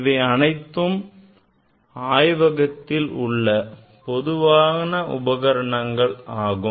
இவை அனைத்தும் ஆய்வகத்தில் உள்ள பொதுவான உபகரணங்கள் ஆகும்